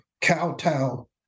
kowtow